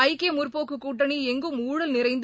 ஐக்கிய முற்போக்குக் கூட்டணி எங்கும் ஊழல் நிறைந்து